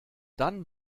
dann